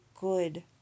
good